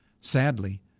Sadly